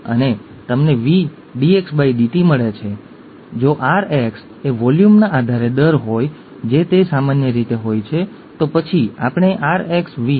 આ લેક્ચરમાં અથવા આ લેક્ચરોના સમૂહમાં આપણે જોઈશું કે આપણા માટે શું સુસંગત છે